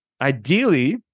Ideally